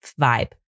vibe